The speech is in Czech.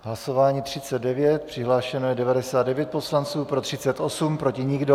V hlasování 39 přihlášeno je 99 poslanců, pro 38, proti nikdo.